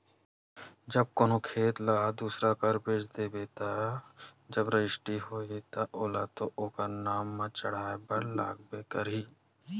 जब कोनो खेत ल दूसर करा बेच देबे ता जब रजिस्टी होही ता ओला तो ओखर नांव म चड़हाय बर लगबे करही